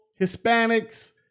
Hispanics